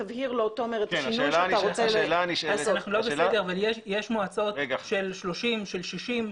אנחנו לא בסגר אבל יש מועצות של 30, של 60,